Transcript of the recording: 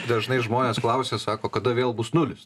dažnai žmonės klausia sako kada vėl bus nulis